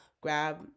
grab